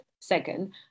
second